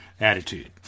attitude